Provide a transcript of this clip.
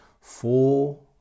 four